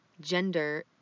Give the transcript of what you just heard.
gender